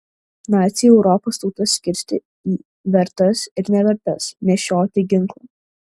naciai europos tautas skirstė į vertas ir nevertas nešioti ginklą